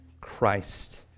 Christ